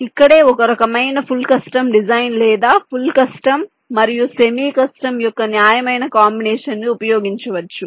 ఇక్కడే ఒకరకమైన full custom design లేదా ఫుల్ కస్టమ్ మరియు సెమీ కస్టమ్ యొక్క న్యాయమైన కాంబినేషన్ ను ఉపయోగించవచ్చు